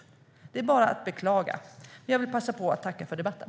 Det är bara att beklaga. Jag vill passa på att tacka för debatten.